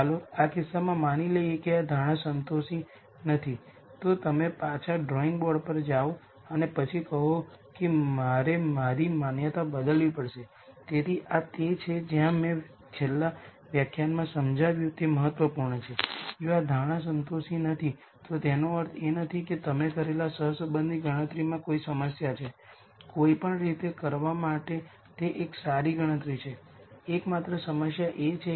ચાલો ધારી લઈએ કે આ આઇગન વૅલ્યુઝનો r 0 છે તેથી આ r 0 પણ હોઈ શકે છે તેનો અર્થ એ કે ત્યાં કોઈ આઇગન વૅલ્યુઝ નથી જે શૂન્ય છે